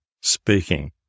speaking